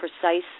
precise